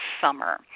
summer